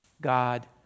God